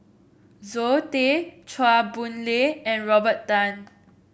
Zoe Tay Chua Boon Lay and Robert Tan